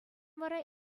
вара